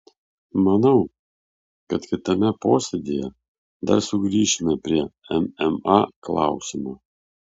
manau kad kitame posėdyje dar sugrįšime prie mma klausimo